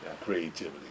creativity